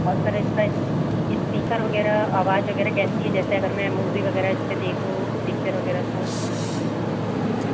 और सर इसका स्पीकर वगैरह आवाज वगैरह कैसी है जैसे अगर मैं मूवी वगैरह इस पर देखूँ पिक्चर वगैरह तो